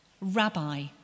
Rabbi